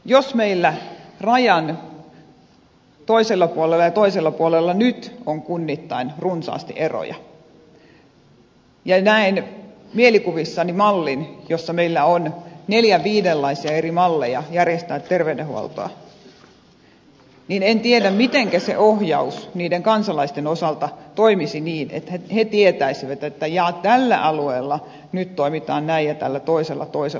jos meillä rajan eri puolilla nyt on kunnittain runsaasti eroja ja näen mielikuvissani mallin jossa meillä on neljän viidenlaisia eri malleja järjestää terveydenhuoltoa niin en tiedä mitenkä se ohjaus niiden kansalaisten osalta toimisi niin että he tietäisivät että jaa tällä alueella nyt toimitaan näin ja tällä toisella toimitaan toisella tavalla